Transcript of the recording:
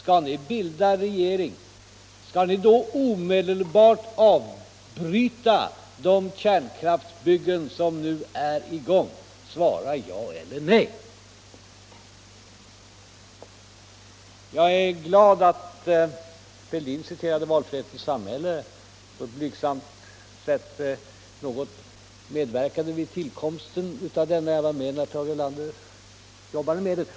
Om ni bildar regering, skall ni då omedelbart avbryta de kärnkraftsbyggen som nu är i gång? Svara ja eller nej! Jag är glad över att herr Fälldin citerar Valfrihetens samhälle, eftersom jag på ett blygsamt sätt medverkade vid tillkomsten av den skriften; jag var med när Tage Erlander jobbade med den.